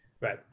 Right